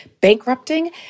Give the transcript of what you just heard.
bankrupting